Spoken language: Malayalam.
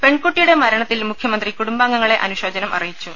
പെൺകുട്ടിയുടെ മരണത്തിൽ മുഖൃ മന്ത്രി കുടുംബാംഗങ്ങളെ അനുശോചനം അറിയിച്ചു